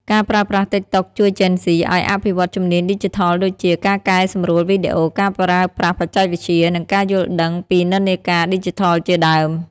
ការប្រើប្រាស់តិកតុកជួយជេនហ្ស៊ីឱ្យអភិវឌ្ឍជំនាញឌីជីថលដូចជា ការកែសម្រួលវីដេអូ ការប្រើប្រាស់បច្ចេកវិទ្យា និងការយល់ដឹងពីនិន្នាការឌីជីថលជាដើម។